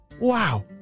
Wow